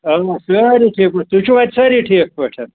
اوا سٲری ٹھیٖکھٕے تُہۍ چھِو اَتہِ سٲری ٹھیٖک پٲٹھۍ